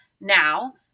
Now